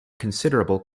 considerable